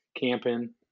camping